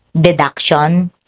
deduction